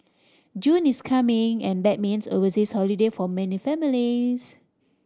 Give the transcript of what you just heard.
June is coming and that means overseas holiday for many families